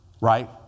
right